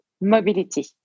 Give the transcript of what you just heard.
mobility